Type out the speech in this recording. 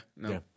no